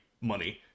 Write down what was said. money